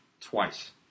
twice